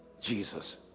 Jesus